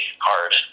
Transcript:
hard